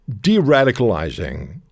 de-radicalizing